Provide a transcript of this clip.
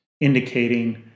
indicating